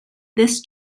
this